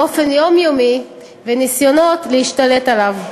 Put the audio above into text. באופן יומיומי, ומניסיונות להשתלט עליו,